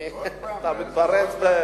אתה מתפרץ,